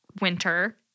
winter